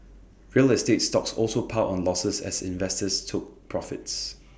real estate stocks also piled on losses as investors took profits